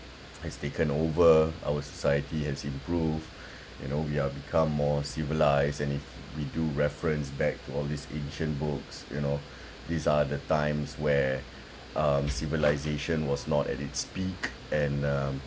has taken over our society has improved you know we are become more civilised and if we do reference back to all these ancient books you know these are the times where um civilisation was not at its peak and um